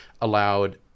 allowed